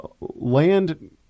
land